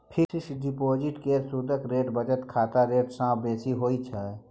fix deposit केर सुदक rate बचत खाताक रेट सँ बेसी होइ छै